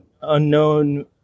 unknown